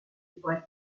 igual